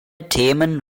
themen